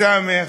בסמ"ך,